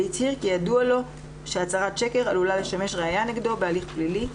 והצהיר כי ידוע לו שהצהרת שקר עלולה לשמש ראייה נגדו בהליך פלילי,